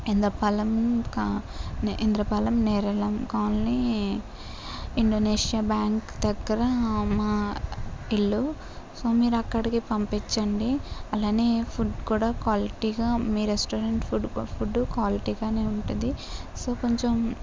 Indrapalem Indrapalem Nerelam colony Indonesia bank దగ్గర మా ఇల్లు సో మీరు అక్కడికి పంపించండి అలానే ఫుడ్ కూడా క్వాలిటీగా మీరు రెస్టారెంట్ ఫుడ్ ఫుడు క్వాలిటీ గానే ఉంటుంది సో కొంచెం